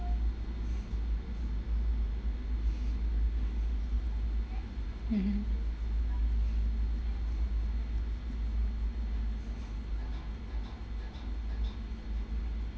mmhmm